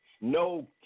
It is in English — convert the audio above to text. No